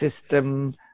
system